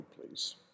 please